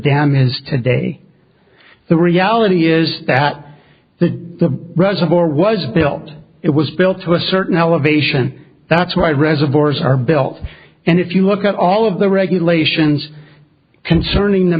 is today the reality is that the reservoir was built it was built to a certain elevation that's right reservoirs are built and if you look at all of the regulations concerning the